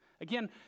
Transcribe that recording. again